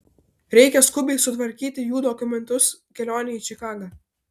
reikia skubiai sutvarkyti jų dokumentus kelionei į čikagą